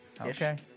Okay